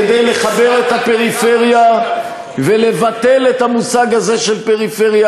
כדי לחבר את הפריפריה ולבטל את המושג הזה של פריפריה.